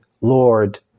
Lord